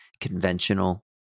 conventional